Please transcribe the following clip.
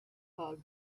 hug